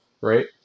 Right